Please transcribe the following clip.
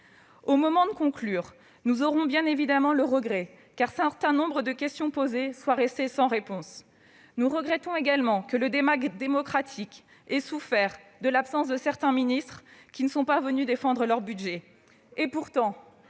Au moment de conclure, nous avons bien évidemment le regret qu'un certain nombre de questions posées soient restées sans réponse. Nous déplorons également que le débat démocratique ait souffert de l'absence de certains ministres, qui ne sont pas venus défendre leur budget. Ils n'ont pourtant